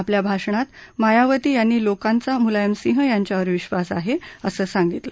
आपल्या भाषणात मायावती यांनी लोकांचा मुलायमसिंह यांच्यावर विश्वास आहेअसं सांगितलं